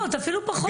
אפילו פחות היו שם.